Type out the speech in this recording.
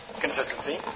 consistency